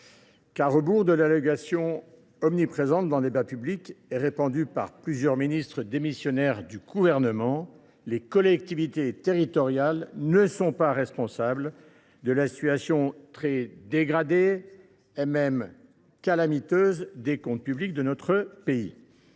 à rebours d’une allégation omniprésente dans le débat public et répandue par plusieurs ministres démissionnaires, que les collectivités territoriales ne sont pas responsables de la situation très dégradée, et même calamiteuse, des comptes publics de notre pays.